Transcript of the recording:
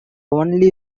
only